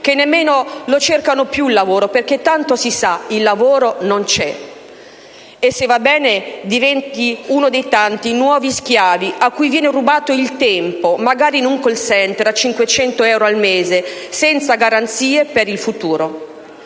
che nemmeno lo cercano più il lavoro perché, tanto si sa, il lavoro non c'è e se va bene diventi uno dei tanti nuovi schiavi cui viene rubato il tempo, magari in un *call center* a 500 euro al mese senza garanzie per il futuro.